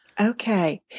Okay